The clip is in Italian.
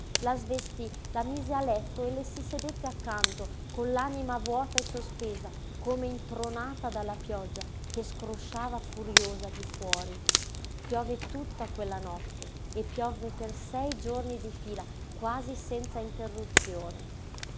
la svestí la mise a letto e le si sedette accanto con l'anima vuota e sospesa come intronata dalla pioggia che scrosciava furiosa di fuori piovve tutta quella notte e piovve per sei giorni di fila quasi senza interruzione